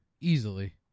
easily